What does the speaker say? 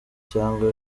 cyangwa